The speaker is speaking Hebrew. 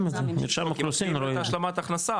מרשם האוכלוסין רואה את זה.